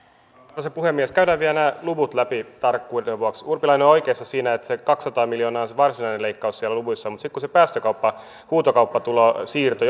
arvoisa puhemies käydään vielä nämä luvut läpi tarkkuuden vuoksi urpilainen on oikeassa siinä että se kaksisataa miljoonaa on se varsinainen leikkaus siellä luvuissa mutta sitten kun se päästökaupan huutokauppatulon siirto